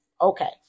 Okay